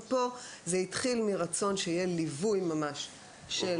ופה זה התחיל מרצון שיהיה ליווי ממש של